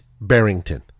Barrington